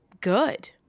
good